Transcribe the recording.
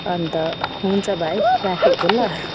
अन्त हुन्छ भाइ राखेको ल